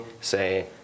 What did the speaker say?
say